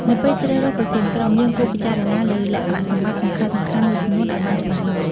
នៅពេលជ្រើសរើសប្រធានក្រុម យើងគួរពិចារណាលើលក្ខណៈសម្បត្តិសំខាន់ៗមួយចំនួនឲ្យបានច្បាស់សិន។